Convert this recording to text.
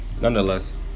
nonetheless